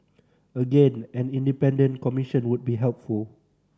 again an independent commission would be helpful